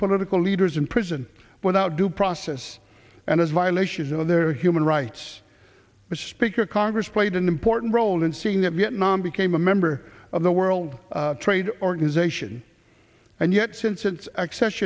political leaders in prison without due process and as a violation of their human rights as speaker congress played an important role in seeing that vietnam became a member of the world trade organization and yet since its access